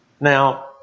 Now